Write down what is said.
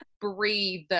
breathe